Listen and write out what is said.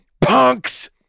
punks